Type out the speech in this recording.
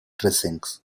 dressings